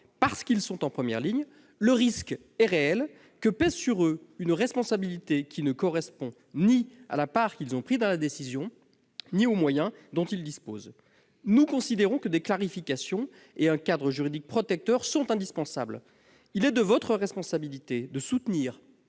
parce qu'ils sont en première ligne, le risque est réel que pèse sur eux une responsabilité qui ne correspond ni à la part qu'ils ont prise dans la décision ni aux moyens dont ils disposent. Nous considérons que des clarifications et un cadre juridique protecteur sont indispensables. Il est de votre responsabilité de soutenir